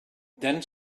then